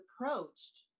approached